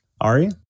Ari